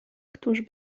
któż